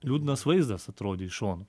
liūdnas vaizdas atrodė iš šono